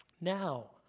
Now